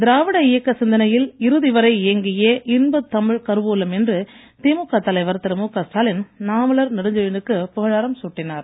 திராவிட இயக்க சிந்தனையில் இறுதி வரை இயங்கிய இன்பத் தமிழ் கரூவூலம் என்று திமுக தலைவர் திரு முக ஸ்டாலின் நாவலர் நெடுஞ்செழியனுக்கு புகழாரம் சூட்டினார் என்